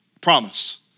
promise